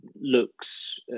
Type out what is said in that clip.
looks